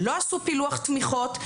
לא עשו פילוח תמיכות.